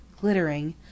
glittering